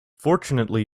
fortunately